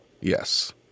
Yes